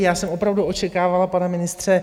Já jsem opravdu očekávala, pane ministře...